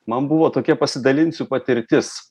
man buvo tokia pasidalinsiu patirtis